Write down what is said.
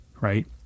right